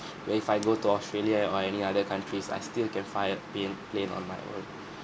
if I go to australia or any other countries I still can fly a plin~ plane on my own